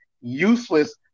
useless